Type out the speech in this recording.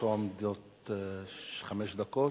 לרשותו עומדות חמש דקות.